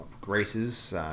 Grace's